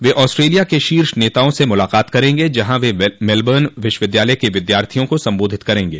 वे Australia के शीर्ष नेताओं से मुलाकात करेंगे जहां वे मेलबर्न विश्वविद्यालय के विद्यार्थियों को संबोधित करेंगे